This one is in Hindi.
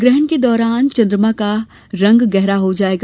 ग्रहण के दौरान चन्द्रमा का रंग गहरा हो जायेगा